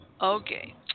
Okay